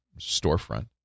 storefront